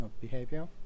behavior